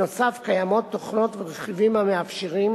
נוסף עליהן קיימים תוכנות ורכיבים המאפשרים,